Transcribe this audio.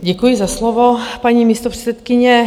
Děkuji za slovo, paní místopředsedkyně.